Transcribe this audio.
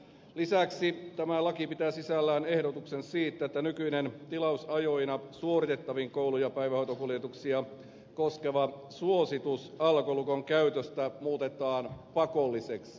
lisäksi tämä laki pitää sisällään ehdotuksen siitä että nykyinen tilausajoina suoritettavia koulu ja päivähoitokuljetuksia koskeva suositus alkolukon käytöstä muutetaan pakolliseksi